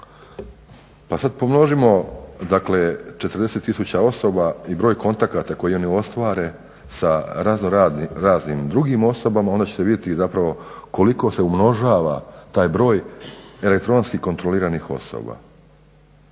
Pa sad pomnožimo dakle 40 tisuća osoba i broj kontakata koji je neostvaren sa raznoraznim drugim osobama onda će se vidjeti zapravo koliko se umnožava taj broj elektronski kontroliranih osoba.